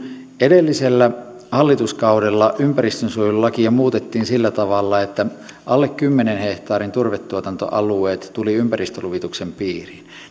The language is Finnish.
edellisellä hallituskaudella ympäristönsuojelulakia muutettiin sillä tavalla että alle kymmenen hehtaarin turvetuotantoalueet tulivat ympäristöluvituksen piiriin